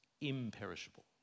imperishable